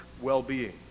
well-being